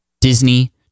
Disney